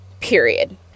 period